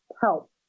help